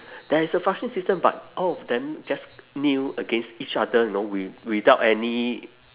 there is a flushing system but all of them just kneel against each other know with~ without any